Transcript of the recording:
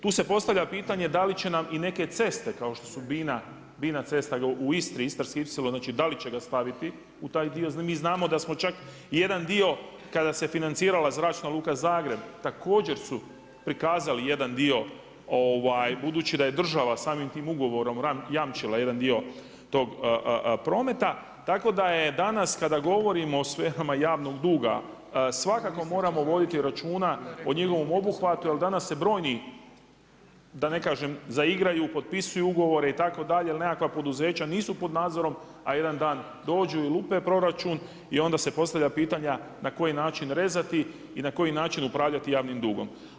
Tu se postavlja pitanje da li će nam i neke ceste, kao što BINA cesta u Istri, Istarski ipsilon, znači da li će ga staviti u taj, mi znamo da smo čak jedna dio kada se financirala Zračna luka Zagreb također su prikazali jedan dio budući da je država samim tim ugovorom jamčila jedan dio tog prometa, tako da je danas kada govorimo o sferama javnog duga, svakako moramo voditi računa o njegovom obuhvatu jer danas se brojni zaigraju, potpisuju ugovore itd. ili nekakva poduzeća nisu pod nadzorom, a jedan dan dođu i lupe proračun i onda se postave pitanja na koji način rezati i na koji način upravljati javnim dugom.